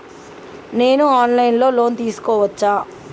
నేను online లో loan తీసుకోవచ్చా?